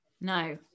No